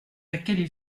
lesquelles